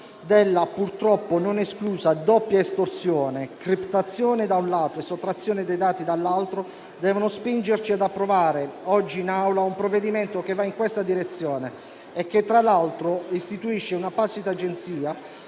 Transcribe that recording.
della purtroppo non esclusa doppia estorsione (criptazione, da un lato, e sottrazione dei dati, dall'altro), devono spingerci ad approvare oggi in Assemblea un provvedimento che vada in questa direzione e che, tra l'altro, istituisce un'apposita Agenzia,